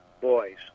boys